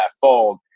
fold